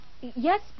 Yes